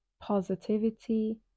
positivity